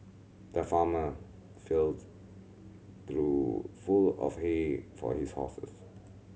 the farmer filled trough full of hay for his horses